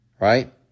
Right